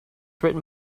written